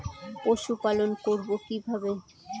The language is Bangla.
পশুপালন করব কিভাবে?